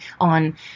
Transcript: on